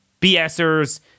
BSers